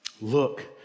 Look